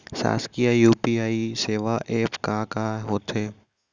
शासकीय यू.पी.आई सेवा एप का का होथे?